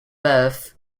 birth